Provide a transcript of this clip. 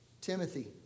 Timothy